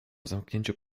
zamknięciu